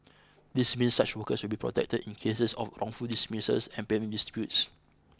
this means such workers will be protected in cases of wrongful dismissals and payment disputes